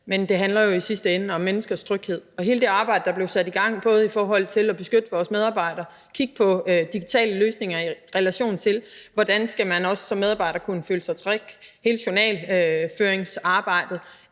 men det handler jo i sidste ende om menneskers tryghed. Og med hensyn til hele det arbejde, der er blevet sat i gang, både i forhold til at beskytte vores medarbejdere og kigge på digitale løsninger, i relation til hvordan man som medarbejder skal kunne føle sig tryg, og hele journalføringsarbejdet